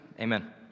Amen